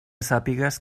sàpigues